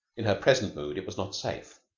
in her present mood it was not safe.